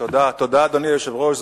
תודה, אדוני היושב-ראש.